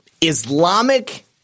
Islamic